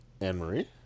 Anne-Marie